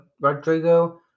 Rodrigo